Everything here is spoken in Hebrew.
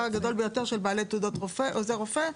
הגדול ביותר של בעלי תעודות רופא או עוזר רופא.